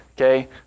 okay